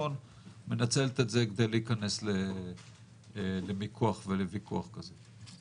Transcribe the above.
מנצלת את זה כדי להיכנס למיקוח ולוויכוח כזה?